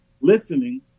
listening